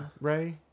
ray